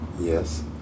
Yes